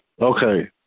Okay